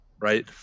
right